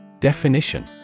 Definition